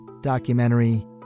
documentary